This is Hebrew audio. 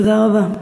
תודה רבה.